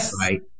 right